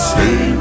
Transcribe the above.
Stay